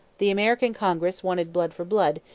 the american congress wanted blood for blood,